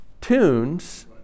tunes